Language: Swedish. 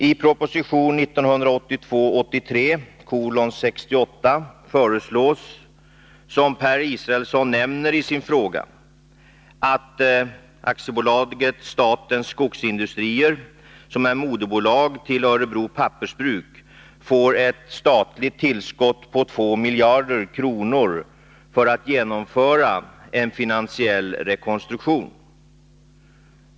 I proposition 1982/83:68 föreslås, som Per Israelsson nämner i sin fråga, att AB Statens Skogsindustrier , som är moderbolag till Örebro Pappersbruk, får ett statligt tillskott på 2 miljarder kronor för att genomföra en finansiell rekonstruktion.